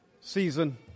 season